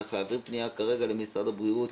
צריך להעביר פניה כרגע למשרד הבריאות,